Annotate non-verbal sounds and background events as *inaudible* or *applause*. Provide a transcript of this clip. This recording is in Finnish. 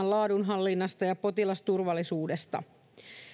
*unintelligible* laadunhallinnasta ja potilasturvallisuudesta